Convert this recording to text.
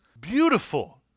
beautiful